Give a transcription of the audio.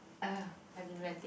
!ugh! I've been ranting